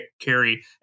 carry